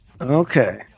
Okay